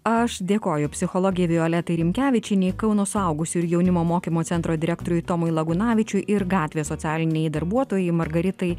aš dėkoju psichologei violetai rimkevičienei kauno suaugusiųjų jaunimo mokymo centro direktoriui tomui lagunavičiui ir gatvės socialinei darbuotojai margaritai